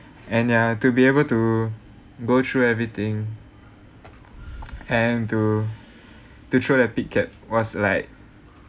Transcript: and ya to be able to go through everything and to to throw the picket was like